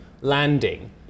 landing